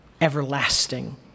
everlasting